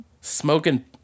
smoking